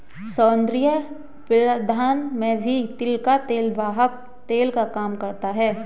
सौन्दर्य प्रसाधन में भी तिल का तेल वाहक तेल का काम करता है